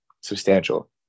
substantial